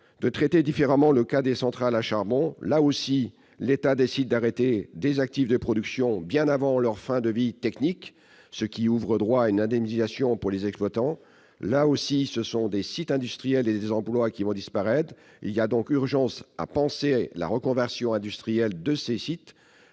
de traiter différemment le cas des centrales à charbon : là aussi, l'État décide d'arrêter des actifs de production bien avant leur fin de vie technique, ce qui ouvre droit à une indemnisation pour les exploitants ; là aussi, des sites industriels et des emplois disparaîtront. Il y a donc urgence à penser la reconversion industrielle de ces sites.